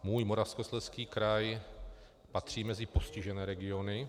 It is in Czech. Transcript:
Můj Moravskoslezský kraj patří mezi postižené regiony.